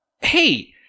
hey